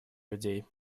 людей